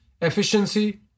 efficiency